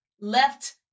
left